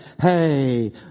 hey